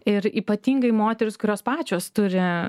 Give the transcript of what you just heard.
ir ypatingai moterys kurios pačios turi